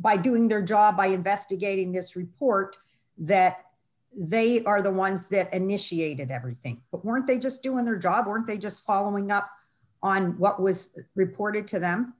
by doing their job by investigating this report that they are the ones that initiated everything but weren't they just doing their job or are they just following up on what was reported to them